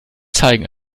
zeigen